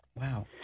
Wow